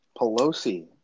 Pelosi